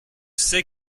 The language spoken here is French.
c’est